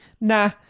nah